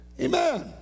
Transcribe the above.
Amen